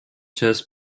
just